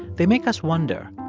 they make us wonder,